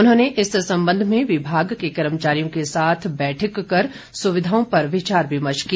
उन्होंने इस संबंध में विभाग के कर्मचारियों के साथ बैठक कर सुविधाओं पर विचार विमर्श किया